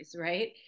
right